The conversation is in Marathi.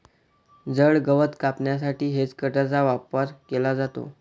जड गवत कापण्यासाठी हेजकटरचा वापर केला जातो